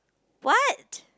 what